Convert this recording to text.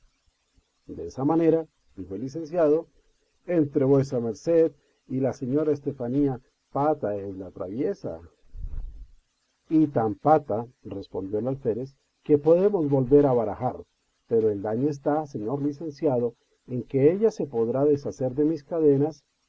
desa manera dijo el licenciado entre vuesa merced y la señora estefanía pata es la traviesa y tan pata respondió el alférez que podemos volver a barajar pero el daño está señor licenciado en que ella se podrá deshacer de mis cadenas